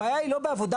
הבעיה היא לא בדיונים,